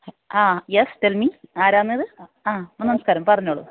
ആ yes tell me ആരാണ് ഇത് ആ നമസ്കാരം പറഞ്ഞോളൂ